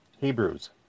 Hebrews